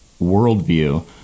worldview